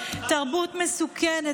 תרבות מסוכנת,